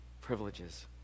privileges